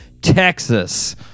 Texas